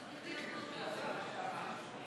לרשותך.